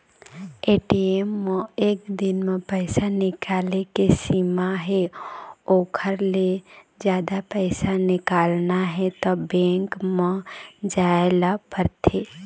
ATM म एक दिन म पइसा निकाले के सीमा हे ओखर ले जादा पइसा निकालना हे त बेंक म जाए ल परथे